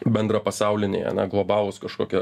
bendrapasauliniai ane globalūs kažkokie